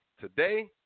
today